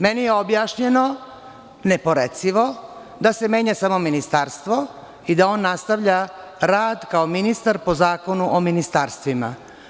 Meni je objašnjeno, neporecivo, da se menja samo ministarstvo i da on nastavlja rad kao ministar po Zakonu o ministarstvima.